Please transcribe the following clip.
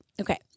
okay